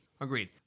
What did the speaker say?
agreed